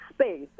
space